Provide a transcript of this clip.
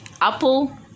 Apple